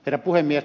herra puhemies